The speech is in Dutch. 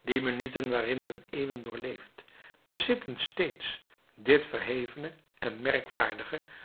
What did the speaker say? die minuten waarin men eeuwen doorleeft bezitten steeds dit verhevene en merkwaardige